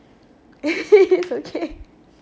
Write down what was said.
it's okay